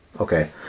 okay